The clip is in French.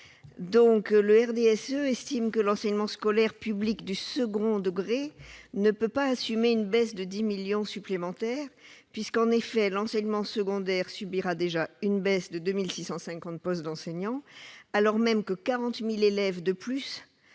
! Le RDSE estime que l'enseignement scolaire public du second degré ne peut pas assumer une baisse de 10 millions d'euros supplémentaires de ses crédits. En effet, l'enseignement secondaire subira déjà la perte de 2 650 postes d'enseignants, alors même que 40 000 élèves de plus